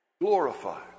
Glorified